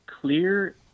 clear